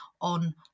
on